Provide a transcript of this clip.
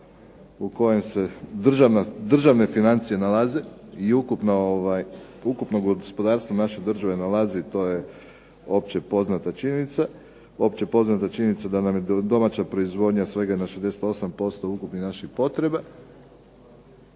u kojem se državne financije nalaze i ukupno gospodarstvo naše države nalazi to je opće poznata činjenica, opće poznata činjenica da nam je domaća proizvodnja na sveg 68% ukupnih naših potreba,